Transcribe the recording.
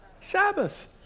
Sabbath